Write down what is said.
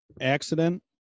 accident